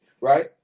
right